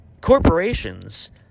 corporations